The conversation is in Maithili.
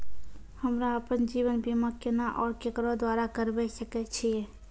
हमरा आपन जीवन बीमा केना और केकरो द्वारा करबै सकै छिये?